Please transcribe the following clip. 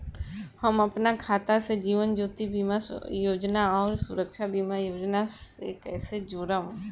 हम अपना खाता से जीवन ज्योति बीमा योजना आउर सुरक्षा बीमा योजना के कैसे जोड़म?